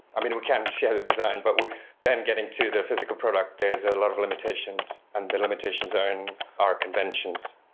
i mean, we can share design, but we then get into the physical product. there're a lot of limitations, and the limitations are and are conventions.